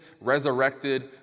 resurrected